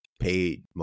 paid